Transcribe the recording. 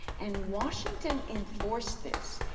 and washington enforced this,